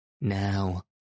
Now